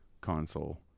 console